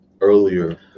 Earlier